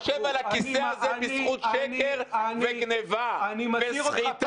אתה יושב על הכיסא הזה בזכות שקר וגניבה וסחיטה.